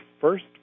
first